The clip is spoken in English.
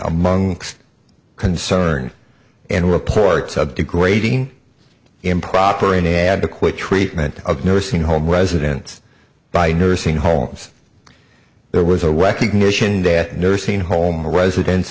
amongst concern and reports of degrading improper inadequate treatment of nursing home residents by nursing homes there was a recognition that nursing home residents